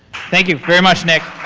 thank you very much, nick.